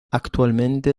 actualmente